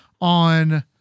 on